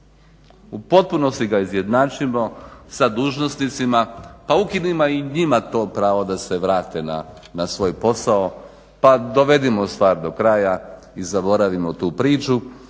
U potpunosti ga izjednačimo sa dužnosnicima, pa ukinimo i njima to pravo da se vrate na svoj posao, pa dovedimo stvar do kraja i zaboravimo tu priču